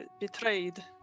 betrayed